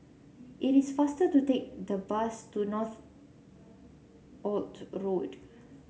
it is faster to take the bus to Northolt Road